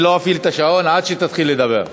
אני לא אפעיל את השעון עד שתתחיל לדבר.